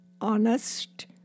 honest